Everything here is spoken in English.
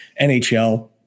NHL